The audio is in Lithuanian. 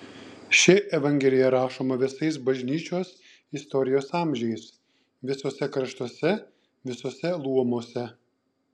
ši evangelija rašoma visais bažnyčios istorijos amžiais visuose kraštuose visuose luomuose